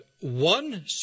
one